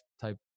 type